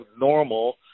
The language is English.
normal